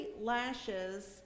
lashes